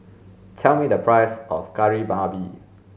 tell me the price of kari babi